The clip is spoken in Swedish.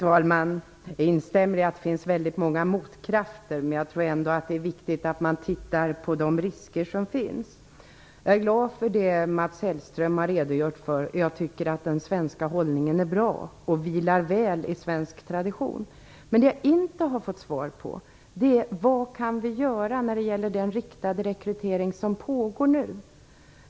Fru talman! Jag instämmer i att det finns väldigt många motkrafter. Men jag tror ändå att det är viktigt att man tittar på de risker som finns. Jag är glad för det Mats Hellström har redogjort för. Jag tycker att den svenska hållningen är bra och vilar väl i svensk tradition. Men det jag inte har fått svar på är vad vi kan göra när det gäller den riktade rekrytering som nu pågår.